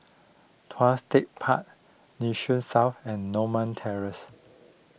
Tuas Tech Park Nee Soon South and Norma Terrace